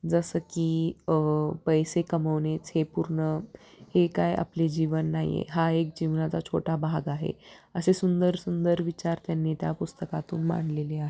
जसं की पैसे कमवणेच हे पूर्ण हे काय आपले जीवन नाही आहे हा एक जीवनाचा छोटा भाग आहे असे सुंदर सुंदर विचार त्यांनी त्या पुस्तकातून मांडलेले आहेत